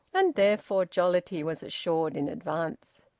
and therefore jollity was assured in advance.